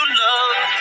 love